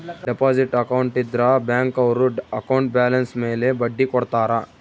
deposit account ಇದ್ರ bank ಅವ್ರು account balance ಮೇಲೆ ಬಡ್ಡಿ ಕೊಡ್ತಾರ